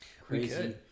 crazy